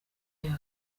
yabo